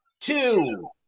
two